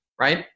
Right